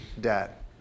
debt